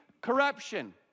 corruption